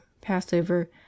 Passover